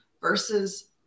versus